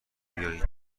بیاین